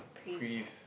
Prive